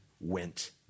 went